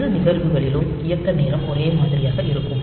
இரு நிகழ்வுகளிலும் இயக்க நேரம் ஒரே மாதிரியாக இருக்கும்